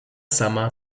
sama